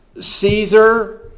Caesar